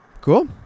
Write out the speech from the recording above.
cool